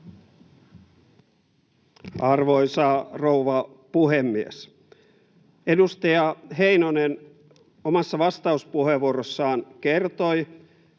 Arvoisa rouva puhemies! Edustaja Heinonen omassa vastauspuheenvuorossaan kertoi,